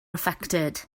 affected